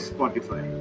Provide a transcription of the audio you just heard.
Spotify